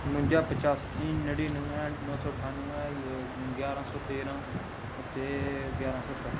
नुंजा पचासी नड़ीनवैं नौ सौ ठानवैं ञारां सौ तेरां ते ञारां सत्तर